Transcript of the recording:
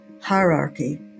hierarchy